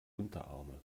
unterarme